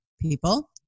people